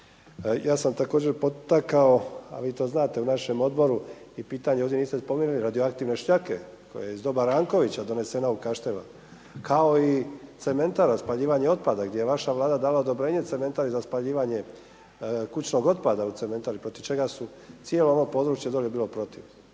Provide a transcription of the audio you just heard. Ja sam također potakao a vi to znate u našem odboru i pitanje ovdje niste ni spomenuli radioaktivne … koje iz doba Rankovića donesena u Kaštala kao i cementara, spaljivanje otpada gdje je vaša Vlada dala odobrenje cementari za spaljivanje kućnog otpada u cementari protiv čega su, cijelo ovo područje dolje bilo protiv.